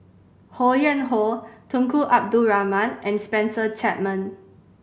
Ho Yuen Hoe Tunku Abdul Rahman and Spencer Chapman